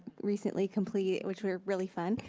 recently complete which were really fun.